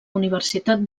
universitat